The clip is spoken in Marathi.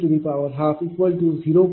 98604 p